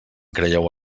creieu